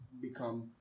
become